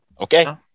Okay